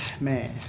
man